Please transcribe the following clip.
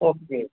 okay